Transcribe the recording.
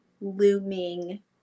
looming